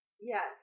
yes